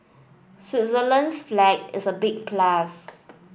Switzerland's flag is a big plus